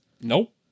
Nope